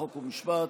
חוק ומשפט,